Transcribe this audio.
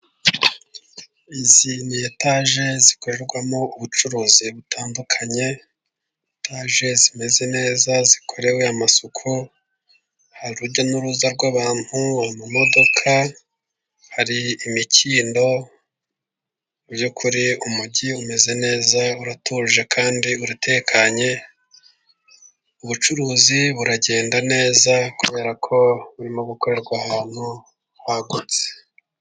Izi ni etaje zikorerwamo ubucuruzi butandukanye ,etaje zimeze neza zikorewe amasuku, hari urujya n'uruza rw'abantu mu modoka ,hari imikindo ,mu by'ukuri umujyi umeze neza ,uratuje kandi uratekanye .Ubucuruzi buragenda neza kubera ko urimo gukorerwa ahantu hagutse.